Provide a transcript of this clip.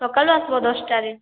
ସକାଳୁ ଆସ୍ବ ଦଶଟାରେ